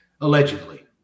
allegedly